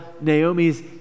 Naomi's